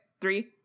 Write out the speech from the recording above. Three